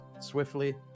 swiftly